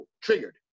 triggered